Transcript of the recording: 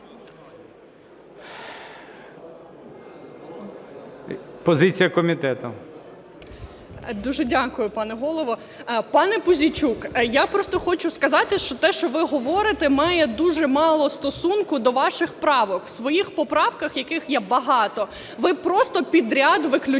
ПІДЛАСА Р.А. Дуже дякую, пане Голово. Пане Пузійчук, я просто хочу сказати, що те, що ви говорите, має дуже мало стосунку до ваших правок. В своїх поправках, яких є багато, ви просто підряд виключаєте